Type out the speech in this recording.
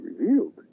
revealed